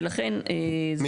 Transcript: ולכן, זהו.